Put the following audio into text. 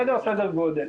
זה סדר הגודל.